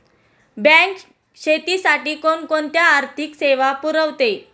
Bank शेतीसाठी कोणकोणत्या आर्थिक सेवा पुरवते?